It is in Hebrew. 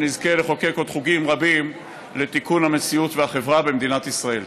שנזכה לחוקק עוד חוקים רבים לתיקון המציאות והחברה במדינת ישראל.